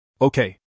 Okay